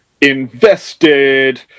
invested